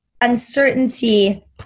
uncertainty